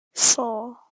four